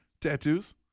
tattoos